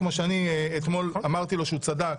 כמו שאני אתמול אמרתי לו שהוא צדק